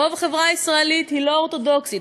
רוב החברה הישראלית היא לא אורתודוקסית,